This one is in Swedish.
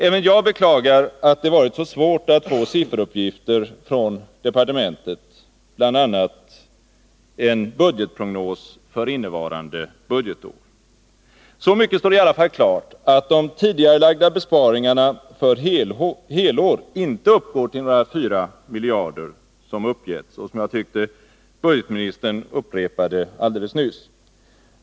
Även jag beklagar att det har varit så svårt att få sifferuppgifter från departementet, bl.a. en budgetprognos för innevarande budgetår. Så mycket står i alla fall klart att de tidigarelagda besparingarna för helår inte, som uppgivits, uppgår till några 4 miljarder, vilket jag tyckte att budgetministern upprepade alldeles nyss.